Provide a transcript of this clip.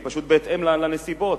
היא פשוט בהתאם לנסיבות,